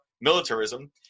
militarism